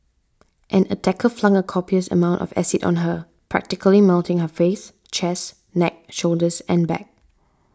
an attacker flung a copious amount of acid on her practically melting her face chest neck shoulders and back